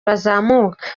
bazamuka